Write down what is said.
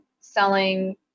selling